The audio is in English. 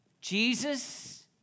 Jesus